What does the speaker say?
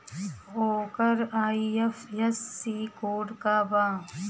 ओकर IFSC code का बा?